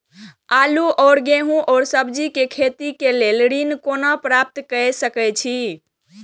आलू और गेहूं और सब्जी के खेती के लेल ऋण कोना प्राप्त कय सकेत छी?